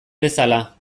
bezala